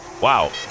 Wow